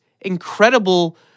incredible